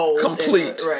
complete